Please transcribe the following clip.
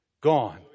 Gone